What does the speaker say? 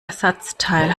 ersatzteil